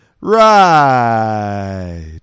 Right